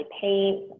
paint